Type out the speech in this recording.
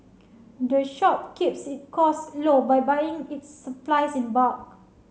the shop keeps its costs low by buying its supplies in bulk